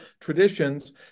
traditions